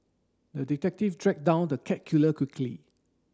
the detective tracked down the cat killer quickly